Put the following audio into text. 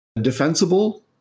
defensible